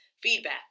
feedback